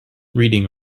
reading